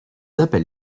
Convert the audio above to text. appels